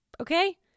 Okay